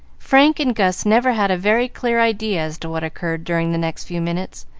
frank and gus never had a very clear idea as to what occurred during the next few minutes,